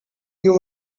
you